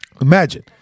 Imagine